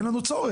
אין לנו צורך,